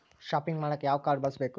Shopping ಮಾಡಾಕ ಯಾವ card ಬಳಸಬೇಕು?